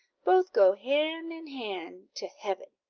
both go hand in hand to heaven.